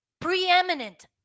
Preeminent